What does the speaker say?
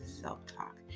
self-talk